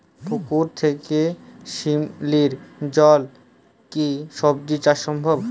পুকুর থেকে শিমলির জলে কি সবজি চাষ সম্ভব?